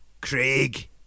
Craig